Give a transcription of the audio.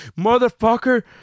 motherfucker